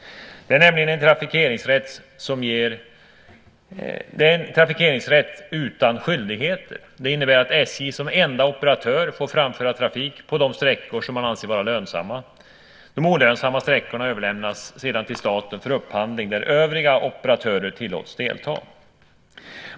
Det är nämligen en trafikeringsrätt utan skyldigheter. Det innebär att SJ som enda operatör får framföra trafik på de sträckor som man anser vara lönsamma. De olönsamma sträckorna överlämnas sedan till staten för upphandling där övriga operatörer tillåts delta.